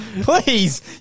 Please